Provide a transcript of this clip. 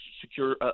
Secure